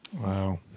Wow